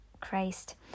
Christ